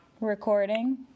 Recording